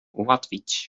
ułatwić